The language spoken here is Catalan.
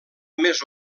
més